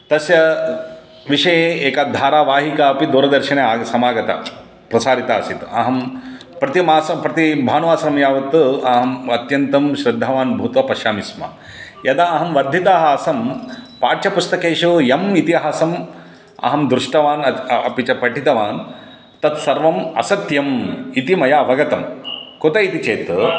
तस्य विषये एका धारावहिका अपि दूरदर्शने आह् समागता प्रसारिता आसीत् अहं प्रतिमासं प्रति भानुवासरं यावत् अहम् अत्यन्तं श्रद्धावान् भूत्वा पश्यामि स्म यदा अहं वर्धितः आसं पाठ्यपुस्तकेषु यम् इतिहासम् अहं दृष्टवान् अतः अपि च पठितवान् तत् सर्वम् असत्यम् इति मया अवगतं कुतः इति चेत्